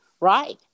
Right